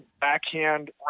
backhand